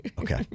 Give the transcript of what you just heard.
Okay